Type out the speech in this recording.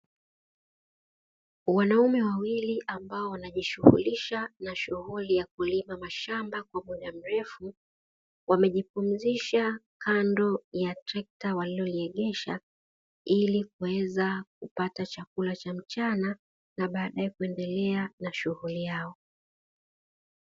Wanaume wawili ambao wanajishughulisha na shughuli ya kulima mashamba kwa muda mrefu wamejipumzisha kando ya trekta waliloliegesha, ili kuweza kupata chakula cha mchana na badae kuendelea na shughuli yao.